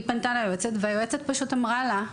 היא פנתה ליועצת והיועצת פשוט אמרה לה,